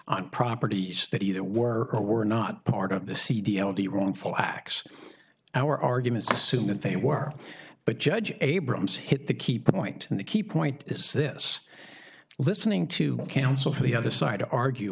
on properties that either were or were not part of the c d o the wrongful acts our arguments assume that they were but judge abrams hit the key point the key point is this listening to counsel for the other side to argue